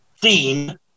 Dean